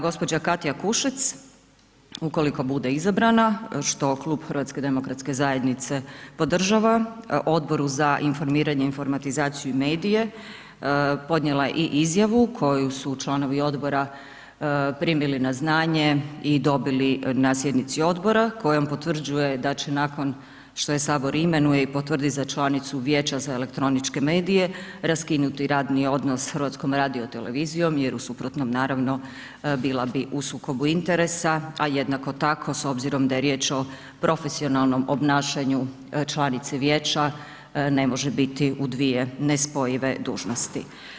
Gđa. Katja Kušec, ukoliko bude izabrana, što Klub HDZ-a podržava Odboru za informiranje, informatizaciju i medije, podnijela je i izjavu koju su članovi odbora primili na znanje i dobili na sjednici odbora kojom potvrđuje da će nakon što je Sabor imenuje i potvrdi za članicu Vijeća za elektroničke medije, raskinuti radni odnos s HRT-om jer u suprotnom, naravno, bila bi u sukobu interesa, a jednako tako, s obzirom da je riječ o profesionalnom obnašanju članice Vijeća, ne može biti u dvije nespojive dužnosti.